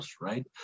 right